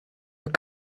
your